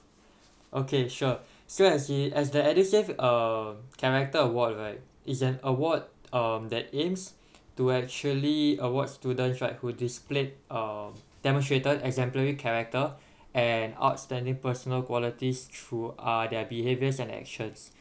okay sure so as the as the edusave uh character award right it's an award um that aims to actually award students right who displayed uh demonstrated exemplary character and outstanding personal qualities through uh their behaviours and actions